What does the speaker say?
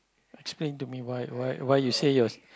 explain to me why why why you say yours